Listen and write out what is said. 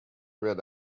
red